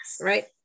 right